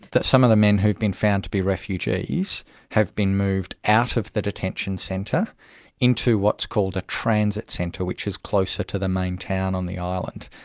that some of the men who have been found to be refugees have been moved out of the detention centre into what's called a transit centre, which is closer to the main town on the island.